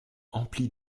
emplis